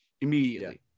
immediately